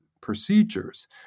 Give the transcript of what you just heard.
procedures